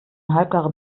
halbgaren